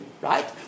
right